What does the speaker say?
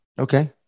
Okay